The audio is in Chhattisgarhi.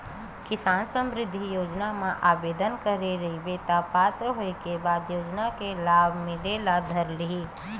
किसान समरिद्धि योजना म आबेदन करे रहिबे त पात्र होए के बाद ए योजना के लाभ मिले ल धर लिही